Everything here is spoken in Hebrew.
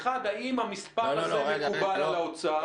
אחד, האם המספר הזה מקובל על האוצר?